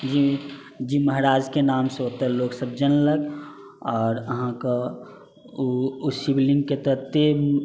महाराजके नामसँ ओतऽ लोकसब जनलक आओर अहाँके ओ शिवलिङ्गके ततेक